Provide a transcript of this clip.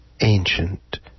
ancient